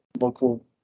Local